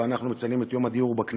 שבה אנחנו מציינים את יום הדיור בכנסת,